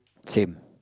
same